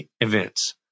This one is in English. events